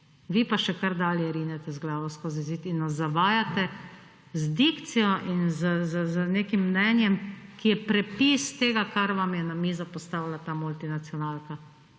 Vi pa še kar dalje rinete z glavo skozi zid in nas zavajate z dikcijo in z nekim mnenjem, ki je prepis tega, kar vam je na mizo postavila ta multinacionalka.